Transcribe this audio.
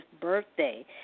birthday